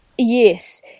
Yes